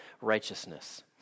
righteousness